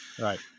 Right